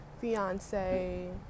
fiance